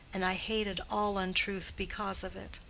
and i hated all untruth because of it.